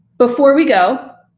before we go,